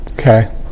Okay